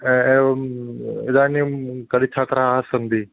हा एवम् इदानीं कति छात्राः सन्ति